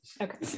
Okay